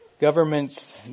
governments